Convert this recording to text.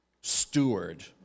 steward